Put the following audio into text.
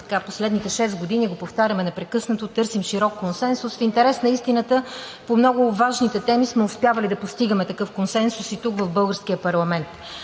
на последните шест години го повтаряме непрекъснато – търсим широк консенсус. В интерес на истината по много важните теми сме успявали да постигаме такъв консенсус и тук, в българския парламент.